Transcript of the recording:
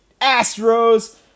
Astros